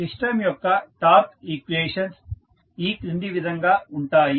system యొక్క torque equations ఈ కింది విధంగా ఉంటాయి